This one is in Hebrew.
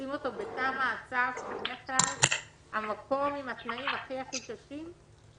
לשים אותו בתא מעצר, המקום התנאים הכי קשים?